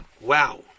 Wow